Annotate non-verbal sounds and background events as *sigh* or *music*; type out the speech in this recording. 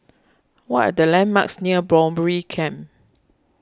what are the landmarks near *unintelligible* Camp